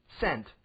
Sent